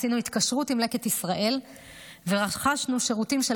עשינו התקשרות עם לקט ישראל ורכשנו שירותים של